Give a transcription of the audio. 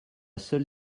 seule